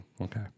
Okay